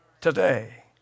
today